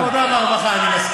ועדת העבודה והרווחה, אני מסכים.